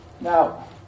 Now